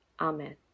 Amen